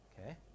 okay